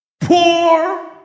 poor